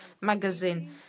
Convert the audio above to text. magazine